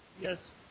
Yes